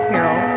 Carol